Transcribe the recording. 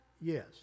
Yes